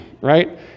right